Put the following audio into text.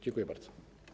Dziękuję bardzo.